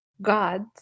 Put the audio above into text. gods